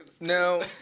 No